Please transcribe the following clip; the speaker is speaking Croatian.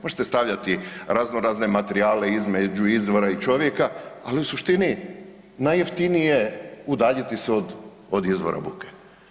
Možete stavljati razno razne materijale između izvora i čovjeka, ali u suštini najjeftinije je udaljiti se od izvora buke.